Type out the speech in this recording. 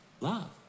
Love